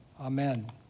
Amen